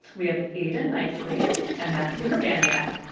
we have aiden nicely and matthew urbaniak.